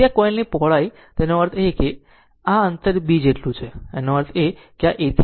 તેથી આ કોઇલની આ પહોળાઈ એનો અર્થ છે કે આ અંતર B જેટલું છે તેનો અર્થ એ કે આ A થી B